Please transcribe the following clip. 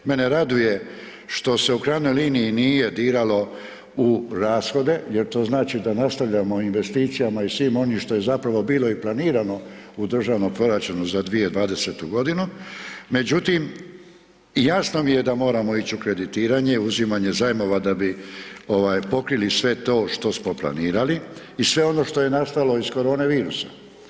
Mene raduje što se u krajnjoj liniji nije diralo u rashode jer to znači da nastavljamo investicijama i svim onim što je zapravo bilo i planirano u državnom proračunu za 2020.g. Međutim, jasno mi je da moramo ić u kreditiranje, uzimanje zajmova da bi ovaj pokrili sve to što smo planirali i sve ono što je nastalo iz korone virusa.